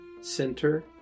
center